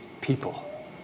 people